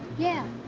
yeah.